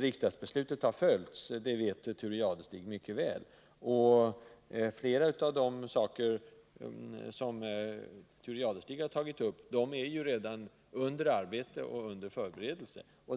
riksdagens beslut har följts. Det vet Thure Jadestig mycket väl. Flera av de saker som Thure Jadestig tog upp är redan under arbete eller under förberedelse.